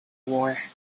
war